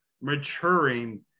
maturing